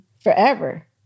forever